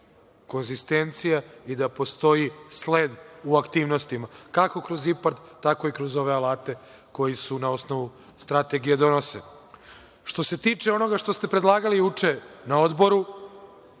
da postoji konzistencija i da postoji sled u aktivnostima, kako kroz IPARD, tako i kroz ove alate koji se na osnovu Strategije donose. Što se tiče onoga što ste predlagali juče na Odboru,